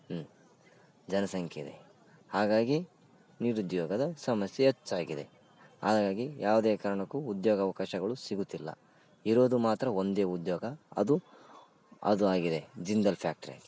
ಹ್ಞೂ ಜನಸಂಖ್ಯೆ ಇದೆ ಹಾಗಾಗಿ ನಿರುದ್ಯೋಗದ ಸಮಸ್ಯೆ ಹೆಚ್ಚಾಗಿದೆ ಹಾಗಾಗಿ ಯಾವುದೇ ಕಾರಣಕ್ಕು ಉದ್ಯೋಗಾವಕಾಶಗಳು ಸಿಗುತ್ತಿಲ್ಲ ಇರೋದು ಮಾತ್ರ ಒಂದೇ ಉದ್ಯೋಗ ಅದು ಅದು ಆಗಿದೆ ಜಿಂದಾಲ್ ಫ್ಯಾಕ್ಟ್ರಿ